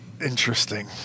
Interesting